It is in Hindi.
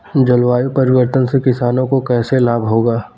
जलवायु परिवर्तन से किसानों को कैसे लाभ होगा?